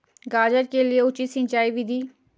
गाजर के लिए उचित सिंचाई विधि?